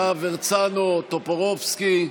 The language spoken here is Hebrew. להב הרצנו, טופורובסקי,